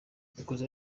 ikosa